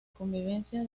convivencia